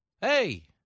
Hey